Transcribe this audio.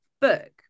book